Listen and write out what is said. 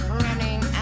running